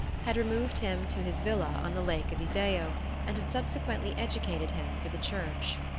had removed him to his villa on the lake of iseo and had subsequently educated him for the church.